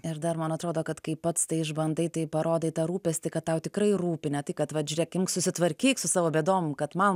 ir dar man atrodo kad kai pats išbandai tai parodai tą rūpestį kad tau tikrai rūpi ne tai kad vat žiūrėk susitvarkyk su savo bėdom kad man